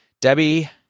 debbie